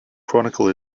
chronicle